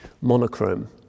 monochrome